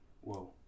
whoa